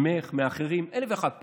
ממך, מאחרים, אלף ואחת פעמים.